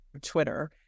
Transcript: Twitter